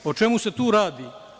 O čemu se tu radi?